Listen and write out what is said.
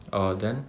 orh then